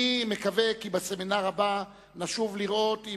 אני מקווה כי בסמינר הבא נשוב לראות עם